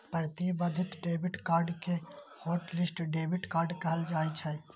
प्रतिबंधित debit card कें hotlist debit card कहल जाइ छै